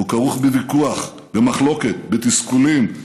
הוא כרוך בוויכוח, במחלוקת, בתסכולים,